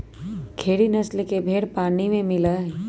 खेरी नस्ल के भेंड़ पाली में मिला हई